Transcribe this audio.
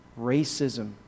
racism